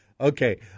Okay